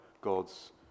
God's